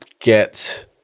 get